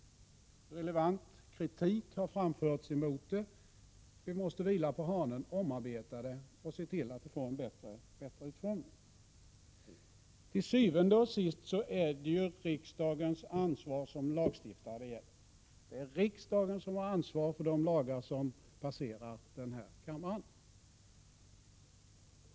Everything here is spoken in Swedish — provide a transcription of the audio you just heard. Relevant kritik har framförts emot det. Vi måste vila på hanen, omarbeta förslaget och se till att det får en bättre utformning. Til syvende og sidst är det riksdagens ansvar som lagstiftare det gäller. Det är riksdagen som har ansvaret för de lagar som passerar den här kammaren.